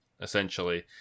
essentially